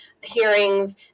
hearings